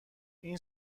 این